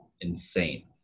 insane